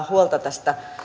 huolta tästä